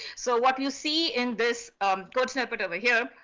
so what you see in this code snippet over here,